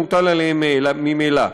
המוטל עליהם ממילא.